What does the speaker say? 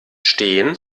stehen